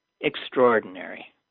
extraordinary